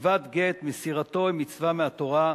כתיבת גט ומסירתו היא מצווה מהתורה.